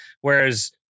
Whereas